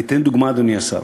אני אביא דוגמה, אדוני השר.